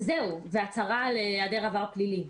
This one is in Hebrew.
והצהרה על היעדר עבר פלילי.